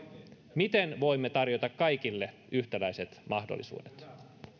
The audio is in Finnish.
miten voimme tarjota kaikille yhtäläiset mahdollisuudet